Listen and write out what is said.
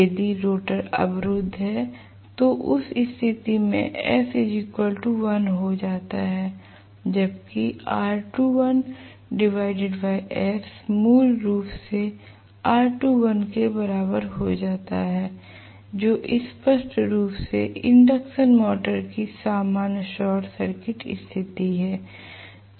यदि रोटर अवरुद्ध है तो उस स्थिति में s 1 हो जाता है इसलिए R2l s मूल रूप से R2l के बराबर हो जाता है जो स्पष्ट रूप से इंडक्शन मोटर की सामान्य शॉर्ट सर्किट स्थिति है